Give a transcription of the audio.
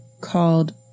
called